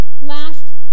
last